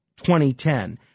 2010